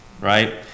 right